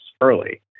early